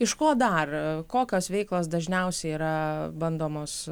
iš ko dar kokios veiklos dažniausiai yra bandomos